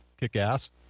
kick-ass